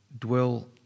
dwell